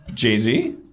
Jay-Z